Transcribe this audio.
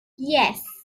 yes